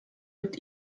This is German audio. mit